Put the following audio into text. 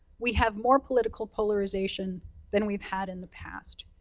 we have more political polarization than we've had in the past.